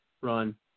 run